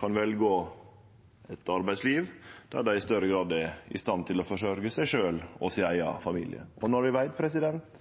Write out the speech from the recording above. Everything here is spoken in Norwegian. kan velje eit arbeidsliv der dei i større grad er i stand til å forsørgje seg sjølv og eigen familie. Når vi veit